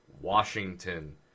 Washington